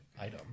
item